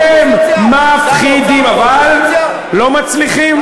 אתם מפחידים, אבל לא מצליחים.